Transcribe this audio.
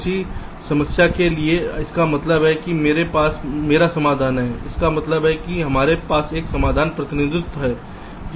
किसी समस्या के लिए इसका मतलब है मेरे पास मेरा समाधान है इसका मतलब है कि हमारे पास एक समाधान प्रतिनिधित्व है